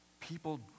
people